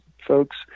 folks